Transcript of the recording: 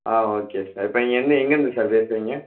ஆ okay sir இப்போ நீங்கள் என்ன எங்கேருந்து சார் பேசுறீங்க